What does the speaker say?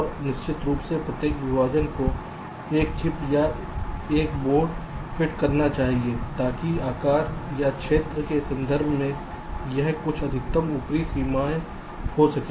और निश्चित रूप से प्रत्येक विभाजन को एक चिप या एक बोर्ड फिट करना चाहिए ताकि आकार या क्षेत्र के संदर्भ में यह कुछ अधिकतम ऊपरी सीमा हो सके